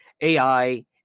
AI